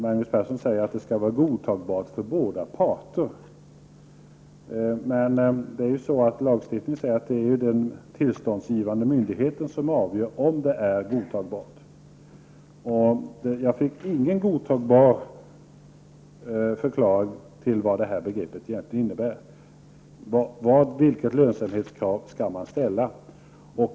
Magnus Persson säger att lönsamheten skall vara godtagbar för båda parter. Men lagstiftningen säger att det är den tillståndsgivande myndigheten som avgör om den är godtagbar. Jag fick inte någon godtagbar förklaring till vad som egentligen avses med ''godtagbar''. Vilket lönsamhetskrav skall man ställa?